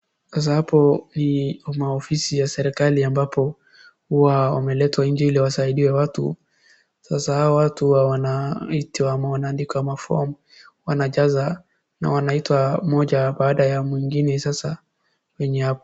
Sasa hapo hii kuna ofisi ya serikali ambapo huwa wameletwa nje ili wasaidie watu sasa hawa watu wanitwa wanaandika maform wanajaza na wanaitwa mmoja baada ya mwingine sasa.